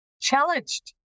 challenged